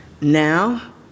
now